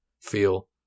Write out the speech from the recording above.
feel